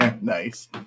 Nice